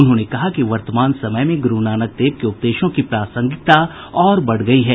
उन्होंने कहा कि वर्तमान समय में गुरूनानक देव के उपदेशों की प्रासंगिकता और बढ़ गयी है